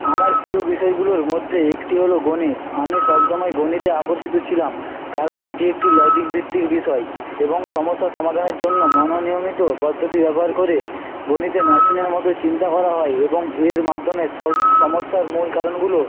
আমার প্রিয় বিষয়গুলোর মধ্যে একটি হলো গণিত আমি সবসময় গণিতে আকর্ষিত ছিলাম কারণ এটি একটি লজিকভিত্তিক বিষয় এবং সমস্যা সমাধানের জন্য মনোনিয়মিত পদ্ধতি ব্যবহার করে গণিতে মেশিনের মত চিন্তা করা হয় এবং এর মাধ্যমে সব সমস্যার মূল কারণগুলো